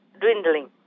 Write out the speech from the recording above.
dwindling